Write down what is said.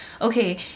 okay